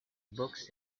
books